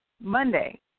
Monday